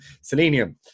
selenium